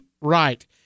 right